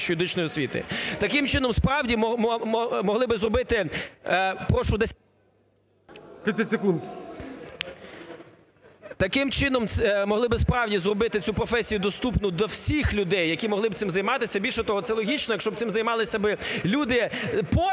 могли би, справді, зробити цю професію доступною для всіх людей, які могли б цим займатися. Більше того, це логічно, якщо б цим займалися би люди поза